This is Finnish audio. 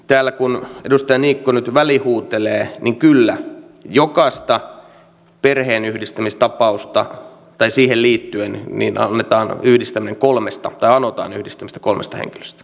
täällä kun edustaja niikko nyt välihuutelee niin kyllä jokaisessa perheenyhdistämistapauksessa tai siihen liittyen anotaan yhdistämistä kolmesta henkilöstä